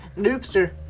doopster.